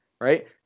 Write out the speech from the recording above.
right